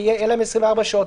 ויהיה להם 24 שעות.